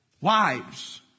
Wives